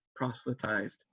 proselytized